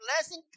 blessing